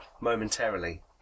momentarily